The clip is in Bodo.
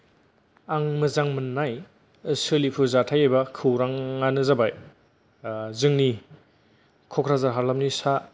आं मोजां मोननाय सोलिफु जाथाय एबा खौराङानो जाबाय आ जोंनि कक्राझार हालामनि सा